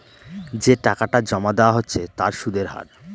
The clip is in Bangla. যে টাকাটা জমা দেওয়া হচ্ছে তার সুদের হার